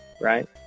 Right